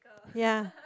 ya